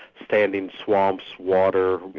standing swamps, water,